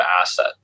asset